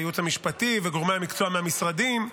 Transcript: הייעוץ המשפטי וגורמי המקצוע מהמשרדים,